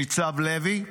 ניצב לוי,